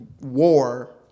war